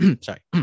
Sorry